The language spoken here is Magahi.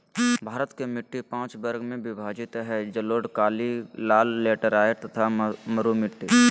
भारत के मिट्टी पांच वर्ग में विभाजित हई जलोढ़, काली, लाल, लेटेराइट तथा मरू मिट्टी